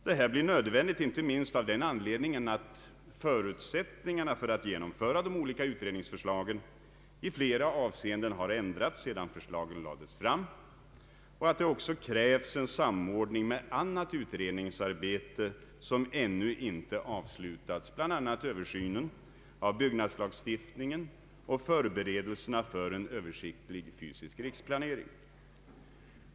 Detta blir nödvändigt inte minst av den anledningen att förutsättningarna för att genomföra de olika utredningsförslagen i flera avseenden har ändrats sedan förslagen lades fram och att det också krävs en samordning med annat utredningsarbete som ännu inte avslutats, bl.a. översynen av byggnadslagstiftningen och förberedelserna för en översiktlig fysisk riksplanering.